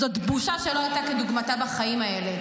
זאת בושה שלא הייתה כדוגמתה בחיים האלה.